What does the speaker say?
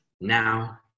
now